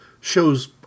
shows